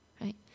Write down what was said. right